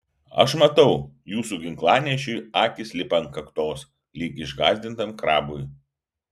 aš matau jūsų ginklanešiui akys lipa ant kaktos lyg išgąsdintam krabui